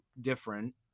different